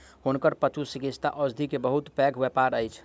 हुनकर पशुचिकित्सा औषधि के बहुत पैघ व्यापार अछि